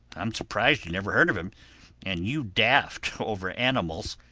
i'm surprised you never heard of him and you daft over animals.